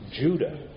Judah